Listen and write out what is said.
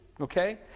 Okay